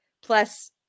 Plus